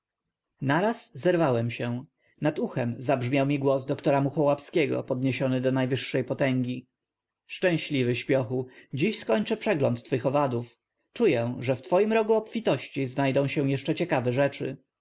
naraz zerwałem się nad uchem zabrzmiał mi głos dra muchołapskiego podniesiony do najwyższej potęgi szczęśliwy śpiochu dziś skończę przegląd twych owadów czuję że w twoim rogu obfitości znajdą się jeszcze ciekawe rzeczy